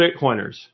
Bitcoiners